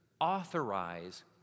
authorize